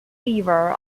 favour